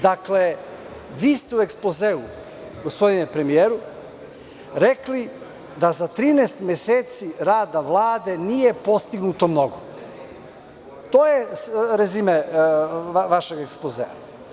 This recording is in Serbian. Dakle, vi ste u ekspozeu, gospodine premijeru rekli da za 13 meseci rada Vlade nije postignuto mnogo i to je rezime vašeg ekspozea.